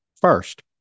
first